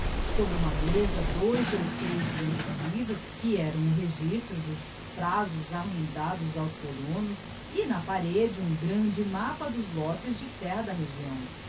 sobre uma mesa dois ou três grandes livros que eram o registro dos prazos arrendados aos colonos e na parede um grande mappa dos lotes de terra da região